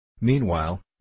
Meanwhile